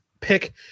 pick